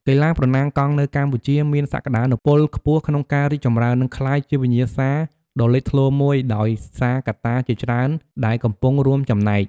កីឡាប្រណាំងកង់នៅកម្ពុជាមានសក្ដានុពលខ្ពស់ក្នុងការរីកចម្រើន និងក្លាយជាវិញ្ញាសាដ៏លេចធ្លោមួយ ដោយសារកត្តាជាច្រើនដែលកំពុងរួមចំណែក។